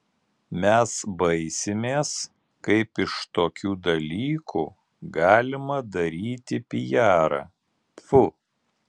mes baisimės kaip iš tokių dalykų galima daryti pijarą tfu